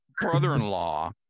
brother-in-law